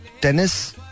tennis